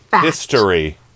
History